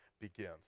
begins